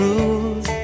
Rules